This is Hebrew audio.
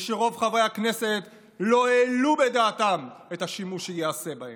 ושרוב חברי הכנסת לא העלו בדעתם את השימוש שייעשה בהם.